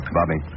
Bobby